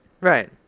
Right